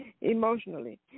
Emotionally